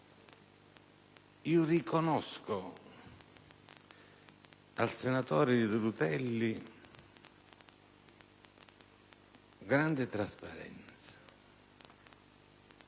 Riconosco al senatore Rutelli grande trasparenza